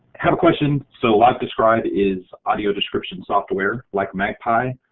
have a question so livedescribe is audio description software like magpie,